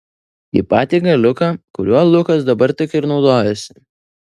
į patį galiuką kuriuo lukas dabar tik ir naudojosi